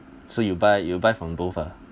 so you buy you buy from both ah